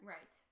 Right